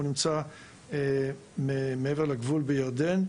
הוא נמצא מעבר לגבול בירדן.